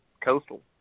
coastal